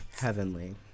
Heavenly